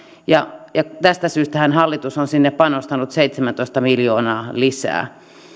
ja tästä syystähän hallitus on sinne panostanut seitsemäntoista miljoonaa lisää